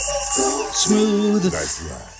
Smooth